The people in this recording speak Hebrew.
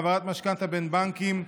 העברת משכנתה בין בנקים),